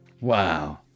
wow